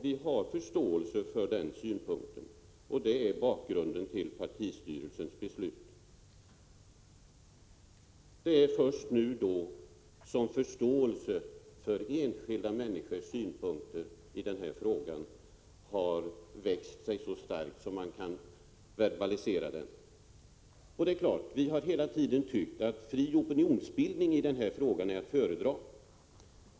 Vi har förståelse för den synpunkten. Det är bakgrunden till partistyrelsens beslut. Det är alltså först nu som förståelsen för enskilda människors synpunkter i den här frågan har växt sig så stark att man kan verbalisera den. Vi har hela tiden tyckt att fri opinionsbildning i den här frågan är att föredra.